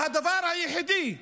והדבר היחידי שהממשלה,